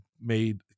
made